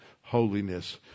holiness